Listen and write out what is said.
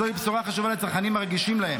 זוהי בשורה חשובה לצרכנים הרגישים להם.